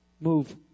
Move